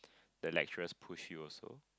the lecturers push you also